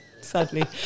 sadly